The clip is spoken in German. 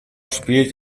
spielt